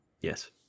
Yes